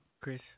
Chris